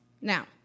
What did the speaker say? Now